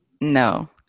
No